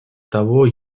того